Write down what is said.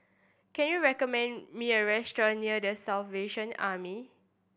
can you recommend me a restaurant near The Salvation Army